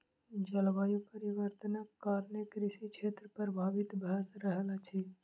जलवायु परिवर्तनक कारणेँ कृषि क्षेत्र प्रभावित भअ रहल अछि